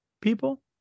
people